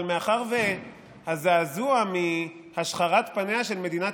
אבל מאחר שהזעזוע מהשחרת פניה של מדינת